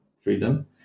freedom